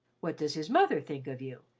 what does his mother think of you?